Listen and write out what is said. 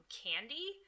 candy